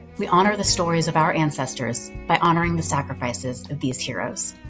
we honor the stories of our ancestors by honoring the sacrifices of these heroes.